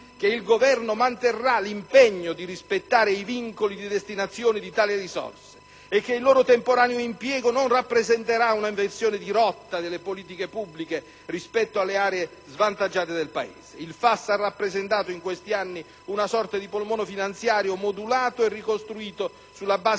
Il FAS ha rappresentato in questi anni una sorte di polmone finanziario modulato e ricostruito sulla base delle